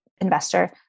investor